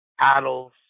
paddles